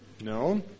No